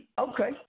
Okay